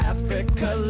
Africa